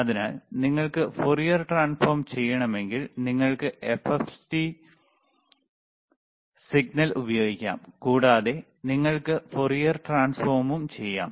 അതിനാൽ നിങ്ങൾക്ക് Fourier transform ചെയ്യണമെങ്കിൽ നിങ്ങൾക്ക് എഫ്എഫ്ടി സിഗ്നൽ ഉപയോഗിക്കാം കൂടാതെ നിങ്ങൾക്ക് ഫോറിയർ ട്രാൻസ്ഫോർമും ചെയ്യാം